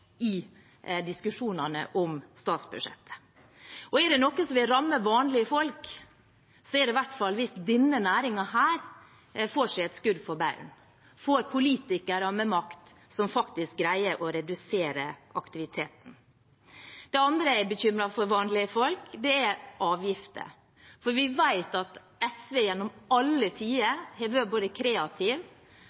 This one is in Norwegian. i diskusjonene om statsbudsjettet. Og er det noe som vil ramme vanlige folk, så er det i hvert fall at hvis denne næringen får seg et skudd for baugen, får politikere med makt som faktisk greier å redusere aktiviteten. Det andre jeg er bekymret for, for vanlige folk, er avgifter, for vi vet at SV gjennom alle tider har vært både kreativ